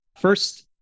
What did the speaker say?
First